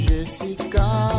Jessica